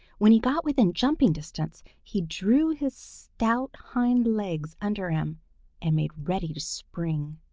when he got within jumping distance, he drew his stout hind legs under him and made ready to spring.